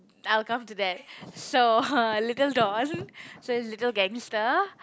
I will come to that so little Dawn so is little gangster